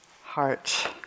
Heart